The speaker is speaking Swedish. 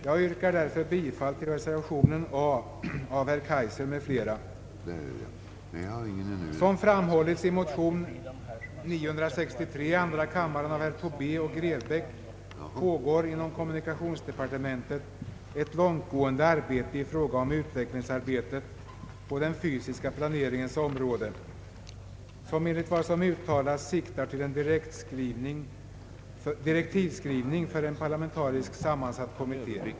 Jag yrkar därför bifall till reservation a av herr Kaijser m.fl. Som framhållits i motion nr 963 i andra kammaren av herrar Tobé och Grebäck pågår inom kommunikationsdepartementet en omfattande utredning beträffande utvecklingsarbetet på den fysiska planeringens område, vilken enligt vad som uttalats siktar till direktivskrivning för en parlamentariskt sammansatt kommitté.